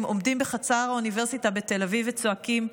עומדים בחצר האוניברסיטה בתל אביב וצועקים: